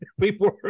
people